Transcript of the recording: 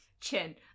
Chin